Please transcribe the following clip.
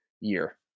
year